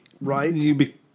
Right